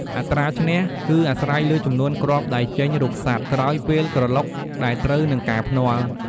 អត្រាឈ្នះ គឺអាស្រ័យលើចំនួនគ្រាប់ដែលចេញរូបសត្វ ក្រោយពេលក្រឡុកដែលត្រូវនឹងការភ្នាល់។